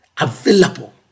available